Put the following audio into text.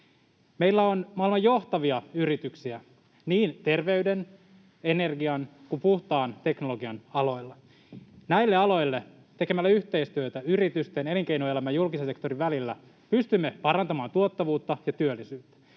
Meillä on maailman johtavia yrityksiä niin terveyden, energian kuin puhtaan teknologian aloilla. Näillä aloilla tekemällä yhteistyötä yritysten, elinkeinoelämän ja julkisen sektorin välillä pystymme parantamaan tuottavuutta ja työllisyyttä.